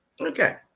Okay